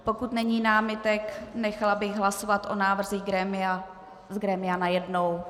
Pokud není námitek, nechala bych hlasovat o návrzích grémia najednou.